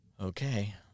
okay